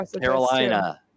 carolina